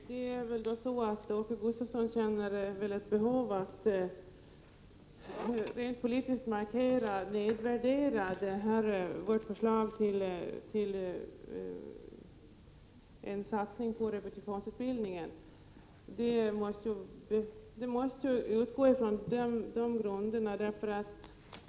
Herr talman! Åke Gustavsson känner väl ett behov av att rent politiskt nedvärdera vårt förslag om en satsning på repetitionsutbildningen. Detta måste vara grundorsaken.